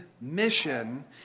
mission